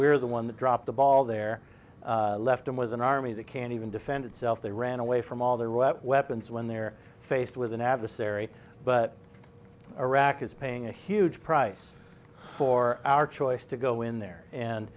we're the one that dropped the ball there left them was an army that can't even defend itself they ran away from all their wet weapons when they're faced with an adversary but iraq is paying a huge price for our choice to go in there and